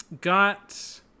got